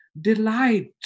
delight